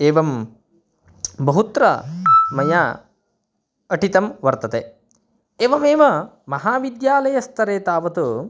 एवं बहुत्र मया अटितं वर्तते एवमेव महाविद्यालयस्तरे तावत्